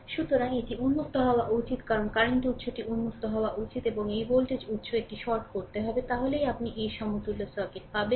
সুতরাং এটি উন্মুক্ত হওয়া উচিত কারণ কারেন্ট উৎসটি উন্মুক্ত হওয়া উচিত এবং এই ভোল্টেজ উৎস এটি শর্ট করতে হবে তাহলেই আপনি সেই সমতুল্য সার্কিট পাবেন